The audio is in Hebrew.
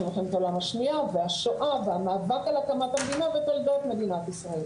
מלחמת העולם השנייה והשואה והמאבק על הקמת המדינה ותולדות מדינת ישראל